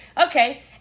Okay